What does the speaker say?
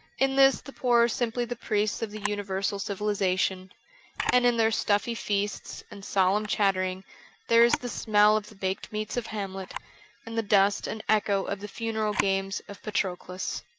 in this the poor are simply the priests of the universal civilization and in their stuffy feasts and solemn chattering there is the smell of the baked meats of hamlet and the dust and echo of the funeral games of patroclus.